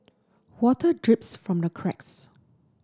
water drips from the cracks